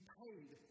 paid